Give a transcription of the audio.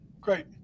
Great